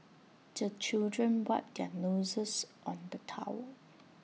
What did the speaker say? the children wipe their noses on the towel